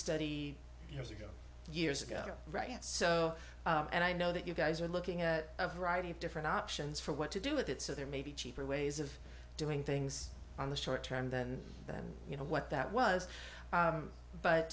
study years ago years ago right so and i know that you guys are looking at a variety of different options for what to do with it so there may be cheaper ways of doing things on the short term than that you know what that was